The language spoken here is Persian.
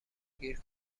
گیر